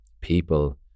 people